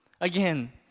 Again